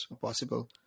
possible